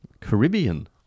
Caribbean